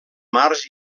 març